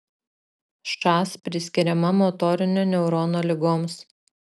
šas priskiriama motorinio neurono ligoms